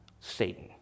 Satan